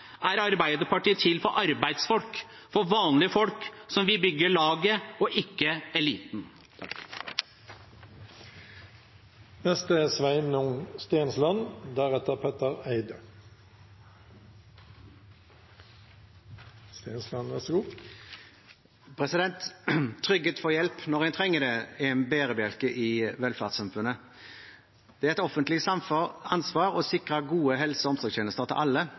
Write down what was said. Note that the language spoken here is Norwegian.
er Arbeiderpartiet til for arbeidsfolk, for vanlige folk som vil bygge laget og ikke eliten. Trygghet for hjelp når en trenger det, er en bærebjelke i velferdssamfunnet. Det er et offentlig ansvar å sikre gode helse- og omsorgstjenester til alle